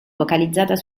focalizzata